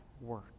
work